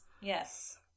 Yes